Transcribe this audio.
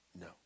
No